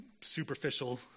superficial